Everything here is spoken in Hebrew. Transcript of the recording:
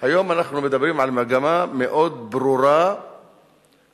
היום אנחנו מדברים על מגמה מאוד ברורה של